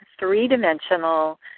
three-dimensional